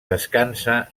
descansa